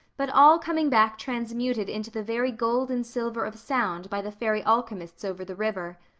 but all coming back transmuted into the very gold and silver of sound by the fairy alchemists over the river.